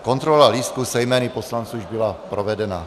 Kontrola lístků se jmény poslanců už byla provedena.